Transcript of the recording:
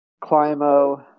Climo